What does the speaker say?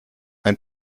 ein